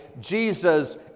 Jesus